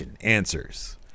answers